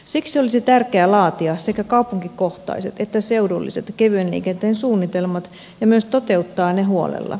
siksi olisi tärkeää laatia sekä kaupunkikohtaiset että seudulliset kevyen liikenteen suunnitelmat ja myös toteuttaa ne huolella